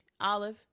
Olive